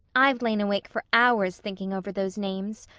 i've lain awake for hours thinking over those names.